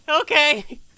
Okay